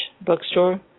bookstore